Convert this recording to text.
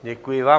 Děkuji vám.